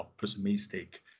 pessimistic